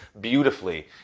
beautifully